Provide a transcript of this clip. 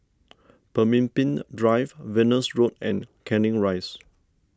Pemimpin Drive Venus Road and Canning Rise